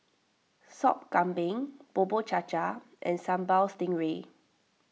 Sop Kambing Bubur Cha Cha and Sambal Stingray